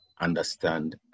understand